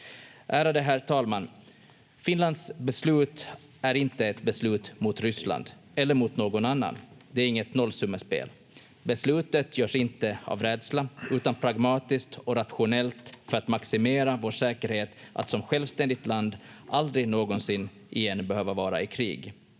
Ärade herr talman! Finlands beslut är inte ett beslut mot Ryssland eller mot någon annan. Det är inget nollsummespel. Beslutet görs inte av rädsla, utan pragmatiskt och rationellt för att maximera vår säkerhet att som självständigt land aldrig någonsin igen behöva vara i krig.